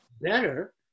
better